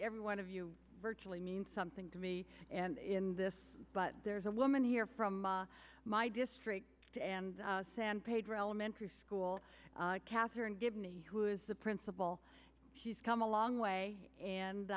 every one of you virtually means something to me and in this but there's a woman here from my district and san pedro elementary school katherine give me who is the principal she's come a long way and